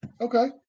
Okay